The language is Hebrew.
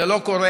זה לא קורה.